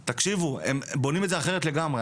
תקשיבו, הם בונים את זה אחרת לגמרי.